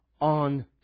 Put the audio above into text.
on